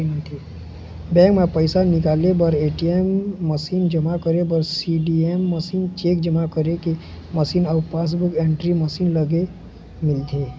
bank म पइसा निकाले बर ए.टी.एम मसीन, जमा करे बर सीडीएम मशीन, चेक जमा करे के मशीन अउ पासबूक एंटरी मशीन लगे मिलथे